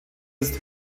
ist